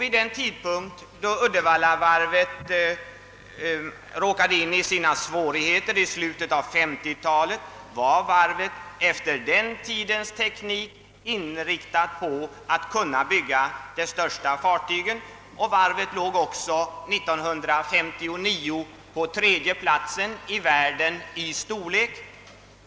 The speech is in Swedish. Vid den tidpunkt då Uddevallavarvet råkade i svårigheter, i slutet av 1950-talet, var varvet också med den tidens teknik utrustat för att bygga de största fartyg. År 1959 låg varvet på tredje plats i världen vad storleken beträffar.